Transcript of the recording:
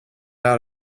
out